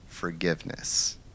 forgiveness